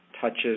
touches